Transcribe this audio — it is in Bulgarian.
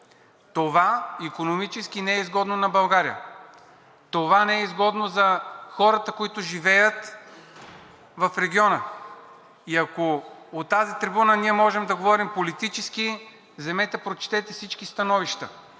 Това икономически не е изгодно на България. Това не е изгодно за хората, които живеят в региона. Ако от тази трибуна можем да говорим политически, вземете прочетете всички становища,